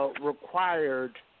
required